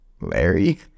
Larry